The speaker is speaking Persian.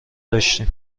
داشتیم